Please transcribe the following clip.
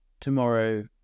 tomorrow